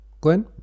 Glenn